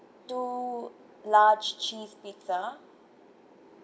two large cheese pizza